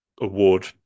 award